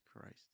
Christ